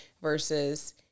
versus